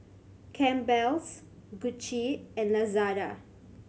Campbell's Gucci and Lazada